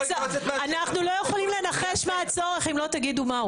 אנחנו לא יכולים לנחש מה הצורך אם לא תגידו מהו.